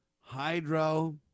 hydro